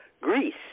Greece